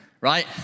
Right